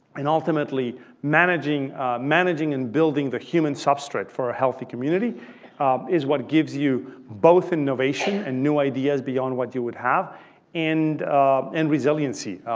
and ultimately, managing managing and building the human substrate for a healthy community is what gives you both innovation and new ideas beyond what you would have and and resiliency.